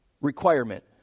requirement